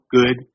good